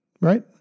Right